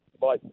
Bye